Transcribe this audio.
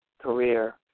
career